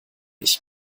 ich